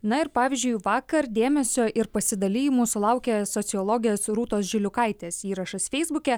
na ir pavyzdžiui vakar dėmesio ir pasidalijimų sulaukė sociologės rūtos žiliukaitės įrašas feisbuke